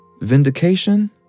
Vindication